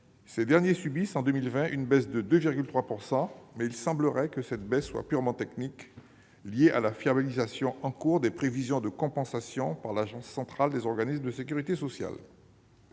Ces crédits subissent en 2020 une diminution de 2,3 %, mais il semblerait que cette baisse soit purement technique, liée à la fiabilisation en cours des prévisions de compensation par l'Agence centrale des organismes de sécurité sociale.